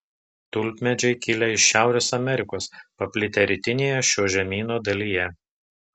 tulpmedžiai kilę iš šiaurės amerikos paplitę rytinėje šio žemyno dalyje